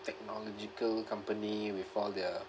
technological company with all their